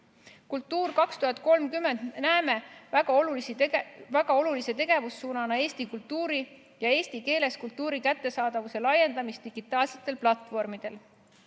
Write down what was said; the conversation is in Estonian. "Kultuur 2030" näeme väga olulise tegevussuunana Eesti kultuuri ja eesti keeles kultuuri kättesaadavuse laiendamist digitaalsetel platvormidel.